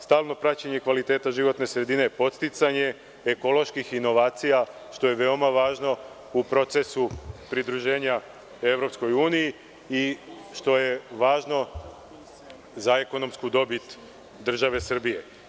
Stalno praćenje kvaliteta životne sredine, podsticanje ekoloških inovacija, što je veoma važno u procesu pridruženja EU i što je važno, za ekonomsku dobit države Srbije.